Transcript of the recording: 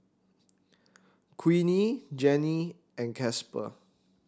Queenie Janey and Casper